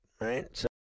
Right